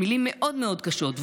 מילים מאוד מאוד קשות.